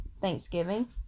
Thanksgiving